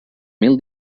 mil